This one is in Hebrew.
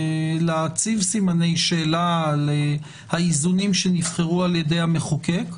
להציב סימני שאלה על האיזונים שנבחרו על ידי המחוקק.